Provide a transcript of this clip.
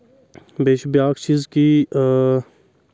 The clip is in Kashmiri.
بیٚیہِ چھُ بیاکھ چیٖز کہِ اۭں